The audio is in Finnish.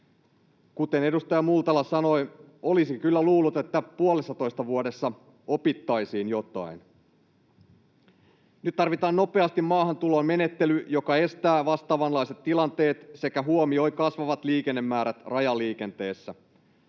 Kuten edustaja Multala sanoi, olisi kyllä luullut, että puolessatoista vuodessa opittaisiin jotain. Nyt tarvitaan nopeasti maahantuloon menettely, joka estää vastaavanlaiset tilanteet sekä huomioi kasvavat liikennemäärät rajaliikenteessä.